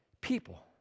people